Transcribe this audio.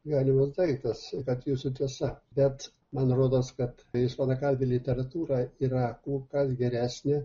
galimas daiktas kad jūsų tiesa bet man rodos kad ispanakalbė literatūra yra kur kas geresnė